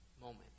moment